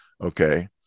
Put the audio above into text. Okay